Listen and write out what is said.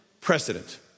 precedent